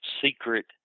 secret